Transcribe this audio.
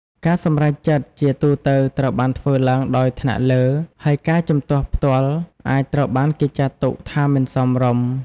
ការសម្រេចចិត្តជាទូទៅត្រូវបានធ្វើឡើងដោយថ្នាក់លើ ហើយការជំទាស់ផ្ទាល់អាចត្រូវបានគេចាត់ទុកថាមិនសមរម្យ។